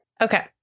Okay